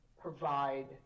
provide